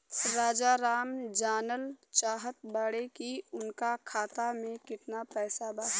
राजाराम जानल चाहत बड़े की उनका खाता में कितना पैसा बा?